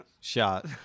shot